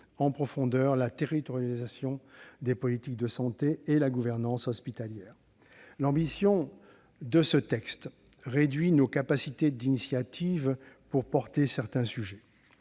en profondeur la territorialisation des politiques de santé et la gouvernance hospitalière. L'ambition de ce texte réduit nos capacités d'initiative pour porter certains sujets.